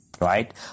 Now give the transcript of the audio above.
right